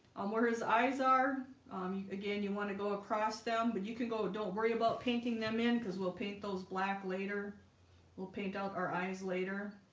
um where his eyes are, um again, you want to go across them but you can go don't worry about painting them in because we'll paint those black later we'll paint out our eyes later